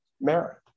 merit